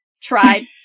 tried